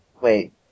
Wait